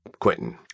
Quentin